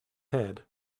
head